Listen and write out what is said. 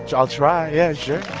i'll try. yeah, sure